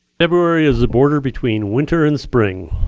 february is the border between winter and spring.